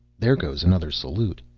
there goes another salute.